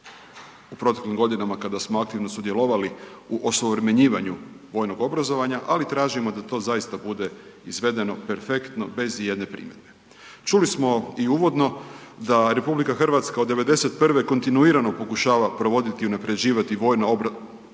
u proteklim godinama kada smo aktivno sudjelovali u osuvremenjivanju vojnog obrazovanja, ali tražimo da to zaista bude izvedeno perfektno bez ijedne primjedbe. Čuli smo i uvodno da RH od '91. kontinuirano pokušava provoditi i unaprjeđivati vojno obrambeno